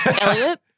Elliot